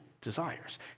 desires